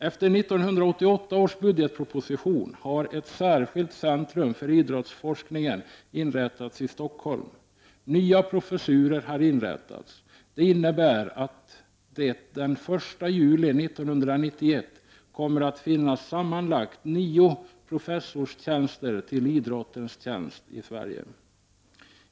Efter 1988 års budgetproposition har ett särskilt centrum för idrottsforskningen inrättats i Stockholm. Nya professurer har inrättats. Detta innebär att det den 1 juli 1991 kommer att finnas sammanlagt nio professorstjänster till idrottens tjänst i Sverige.